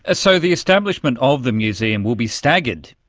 ah so the establishment of the museum will be staggered,